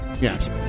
Yes